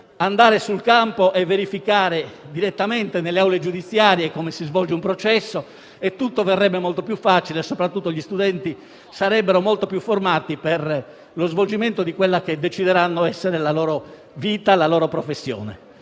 andare sul campo e verificare direttamente nelle aule giudiziarie lo svolgimento di un processo. Tutto verrebbe molto più facile e soprattutto gli studenti sarebbero molto più formati per lo svolgimento di quella che decideranno essere la loro professione.